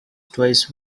twice